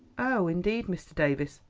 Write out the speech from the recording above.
oh. indeed, mr. davies.